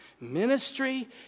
Ministry